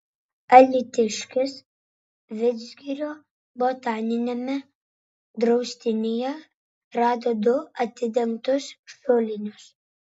alytiškis vidzgirio botaniniame draustinyje rado du atidengtus šulinius